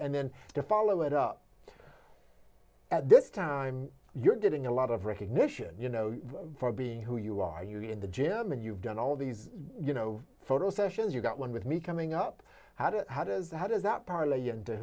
and then to follow it up at this time you're getting a lot of recognition you know for being who you are you in the german you've done all these you know photo sessions you've got one with me coming up how do how does that how does that parlay